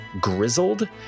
grizzled